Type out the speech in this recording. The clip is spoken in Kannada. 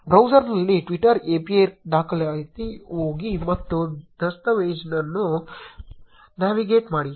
ಬ್ರೌಸರ್ನಲ್ಲಿ twitter API ದಾಖಲಾತಿಗೆ ಹೋಗಿ ಮತ್ತು ದಸ್ತಾವೇಜನ್ನು ನ್ಯಾವಿಗೇಟ್ ಮಾಡಿ